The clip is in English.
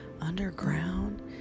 Underground